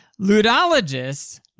Ludologists